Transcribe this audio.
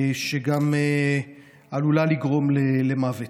וגם עלולה לגרום למוות.